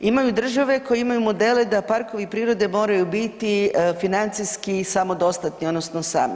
Imaju države koje imaju modele da parkovi prirode moraju biti financijski samodostatni odnosno sami.